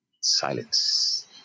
Silence